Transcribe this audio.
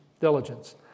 Diligence